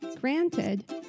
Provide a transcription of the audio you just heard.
Granted